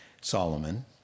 Solomon